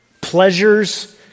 Pleasures